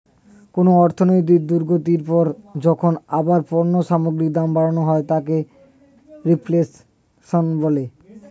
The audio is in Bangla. কোনো অর্থনৈতিক দুর্গতির পর যখন আবার পণ্য সামগ্রীর দাম বাড়ানো হয় তাকে রিফ্লেশন বলে